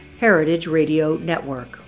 heritageradionetwork